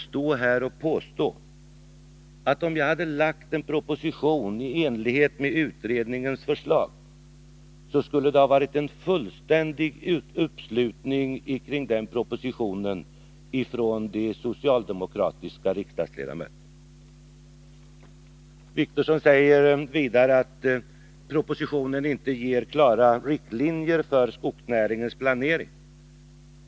Vill herr Wictorsson verkligen påstå att en proposition i enlighet med utredningens förslag skulle ha fått en fullständig uppslutning från de socialdemokratiska riksdagsledamöternas sida? Åke Wictorsson sade vidare att propositionen inte ger klara riktlinjer för Nr 48 skogsnäringens planering.